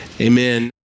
amen